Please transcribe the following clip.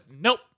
nope